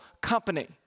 company